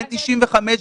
בן 95,